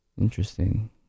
Interesting